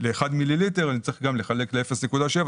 ל-1 מיליליטר, אני צריך לחלק ל-0.7.